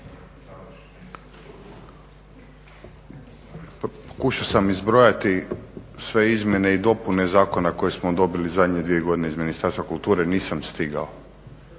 Pokušao sam izbrojati sve izmjene i dopune zakona koje smo dobili u zadnje dvije godine iz Ministarstva kulture, nisam stigao.